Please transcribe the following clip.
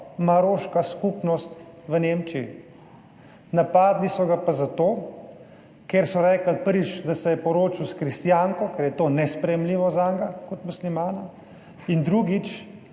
maroška skupnost v Nemčiji. Napadli so ga pa zato, ker so rekli, prvič, da se je poročil s kristjanko, ker je to nesprejemljivo zanj kot muslimana, in drugič,